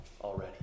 already